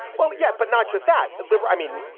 well, yeah. but not just that liberal. i mean,